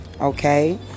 okay